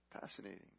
Fascinating